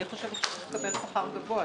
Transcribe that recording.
אני חושבת שהוא צריך לקבל שכר גבוה,